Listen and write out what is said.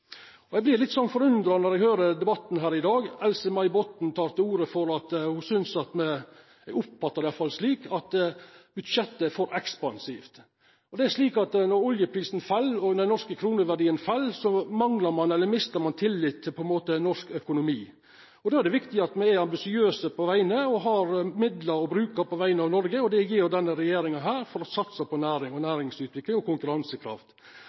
generasjonar. Eg vert litt forundra når eg høyrer debatten her i dag. Else-May Botten tek til orde for at ho synest – eg oppfattar det iallfall slik – at budsjettet er for ekspansivt. Det er slik at når oljeprisen fell, og den norske kroneverdien fell, mister ein – på ein måte – tillit til norsk økonomi. Då er det viktig at me er ambisiøse og har midlar å bruka på vegner av Noreg, og det gjer denne regjeringa for å satsa på næring og næringsutvikling og konkurransekraft.